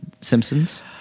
Simpsons